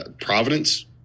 Providence